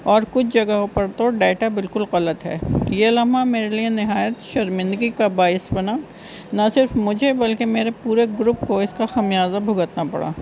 اور کچھ جگہوں پر تو ڈیٹا بالکل غلط ہے یہ لمحہ میرے لیے نہایت شرمندگی کا باعث بنا نہ صرف مجھے بلکہ میرے پورے گروپ کو اس کا خمیازہ بھگتنا پڑا